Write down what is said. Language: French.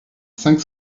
cinq